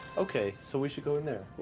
okay, so we should go in there.